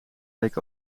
week